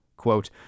Quote